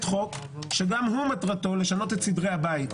חוק שגם מטרתו לשנות את סדרי הבית.